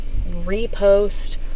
repost